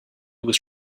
was